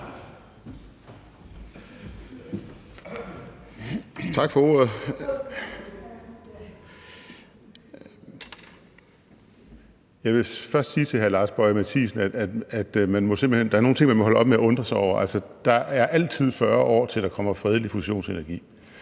Tak for ordet. Jeg vil først sige til hr. Lars Boje Mathiesen, at der er nogle ting, man må holde op med at undre sig over. Altså, der er altid 40 år, til der kommer fredelig fusionsenergi.